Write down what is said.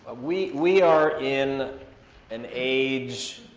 ah we we are in an age,